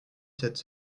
cette